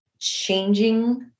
changing